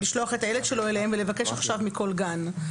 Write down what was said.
לשלוח את הילד שלו אליהם ויבקש מכל גן.